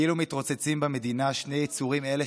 -- כאילו מתרוצצים במדינה שני יצורים אלה,